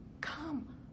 Come